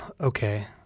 Okay